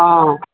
অঁ